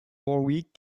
warwick